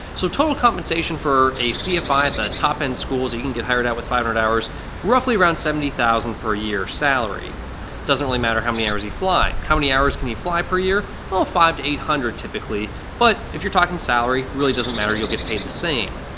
so total compensation for a cfi at the top end schools, you can get hired out with five hundred hours roughly around seventy thousand per year salary. it doesn't really matter how many hours you fly. how many hours can you fly per year well five to eight hundred typically but if you're talking salary really doesn't matter you'll get paid the same.